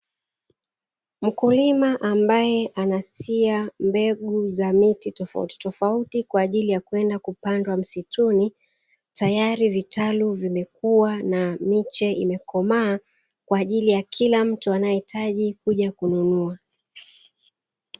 Mkulima ambaye anasia mbegu za miti tofautitofauti kwa ajili ya kwenda kupandwa msituni, tayari vitalu vimekua na miche imekomaa, kwa ajili ya kila anayehitaji kuja kununua.